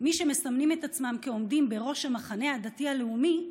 מי שמסמנים את עצמם כעומדים בראש המחנה הדתי-הלאומי,